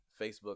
Facebook